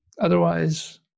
otherwise